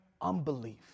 unbelief